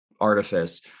artifice-